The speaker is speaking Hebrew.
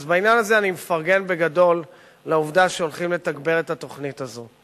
אז בעניין הזה אני מפרגן בגדול לעובדה שהולכים לתגבר את התוכנית הזו.